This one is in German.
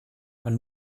man